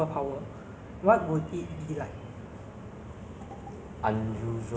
destination to destination as you go [what] so it's effortlessly you can